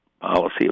policy